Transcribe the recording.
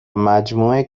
مجموعه